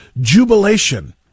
jubilation